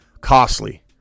costly